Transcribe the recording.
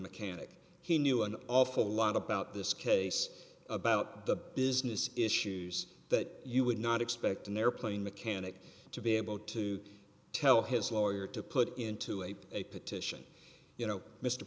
mechanic he knew an awful lot about this case about the business issues that you would not expect an airplane mechanic to be able to tell his lawyer to put into a a petition you know mr